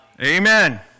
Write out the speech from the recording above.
Amen